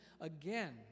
again